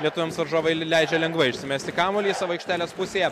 lietuviams varžovai leidžia lengvai išsimesti kamuolį savo aikštelės pusėje